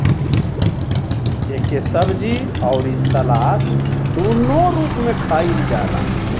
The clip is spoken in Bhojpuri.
एके सब्जी अउरी सलाद दूनो रूप में खाईल जाला